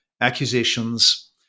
accusations